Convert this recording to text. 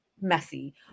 messy